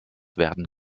werden